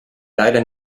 leider